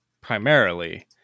primarily